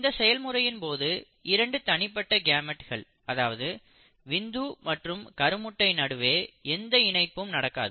இந்த செயல்முறையின் போது இரண்டு தனிப்பட்ட கேமெட்கள் அதாவது விந்து மற்றும் கருமுட்டை நடுவே எந்த இணைப்பும் நடக்காது